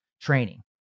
training